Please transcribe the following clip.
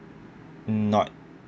not